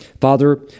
Father